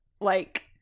like-